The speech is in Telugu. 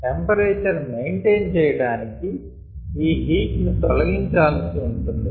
టెంపరేచర్ మెయింటైన్ చెయ్యడానికి ఈ హీట్ ని తొలగించాల్సి ఉంటుంది